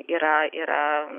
yra yra